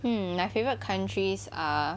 hmm my favourite countries are